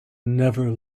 never